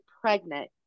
pregnant